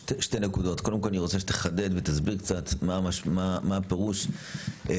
אני רוצה שתחדד ותסביר קצת מה הפירוש של